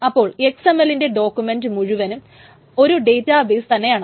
അപ്പോൾ XML ന്റെ document മുഴുവനും ഒരു ഡേറ്റാബെയ്സ് തന്നെയാണ്